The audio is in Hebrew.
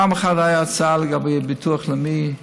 פעם אחת הייתה הצעה לגבי ביטוח לאומי: